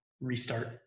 restart